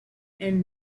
and